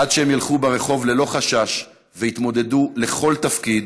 עד שהם ילכו ברחוב ללא חשש ויתמודדו על כל תפקיד